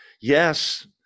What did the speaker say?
Yes